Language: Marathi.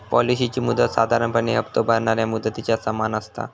पॉलिसीची मुदत साधारणपणे हप्तो भरणाऱ्या मुदतीच्या समान असता